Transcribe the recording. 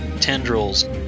tendrils